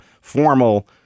formal